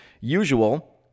usual